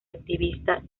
activista